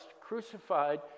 crucified